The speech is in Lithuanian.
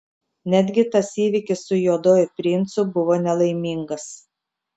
netgi tas įvykis su juoduoju princu buvo nelaimingas